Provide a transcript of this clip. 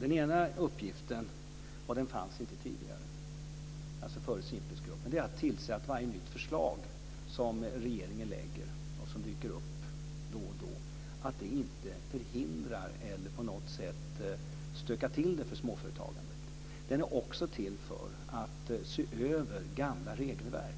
Den ena uppgiften fanns inte tidigare, och den innebär att man ska tillse att varje nytt förslag som regeringen lägger fram och som dyker upp då och då inte förhindrar eller på något sätt stökar till det för småföretagandet. Gruppen är också till för att se över gamla regelverk.